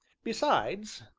besides,